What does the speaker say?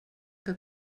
que